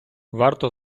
варто